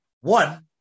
one